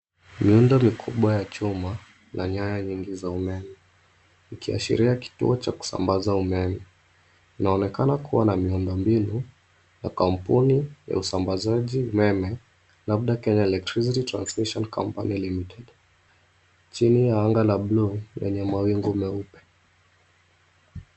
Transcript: Miundo mikubwa ya chuma na nyaya nyingi za umeme ikiashiria kituo cha kusambaza umeme. Inaonekana kuwa na miundo mbinu ya kampuni ya usambazaji umeme labda Kenya Electricity Transmission Company Limited chini ya anga la buluu lenye mawingu meupe.